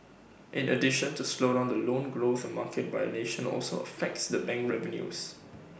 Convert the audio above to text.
in addition the slowdown in loan growth and market volation also affect the bank revenues